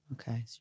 Okay